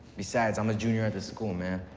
besides, i'm a junior at this school, man.